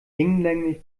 hinlänglich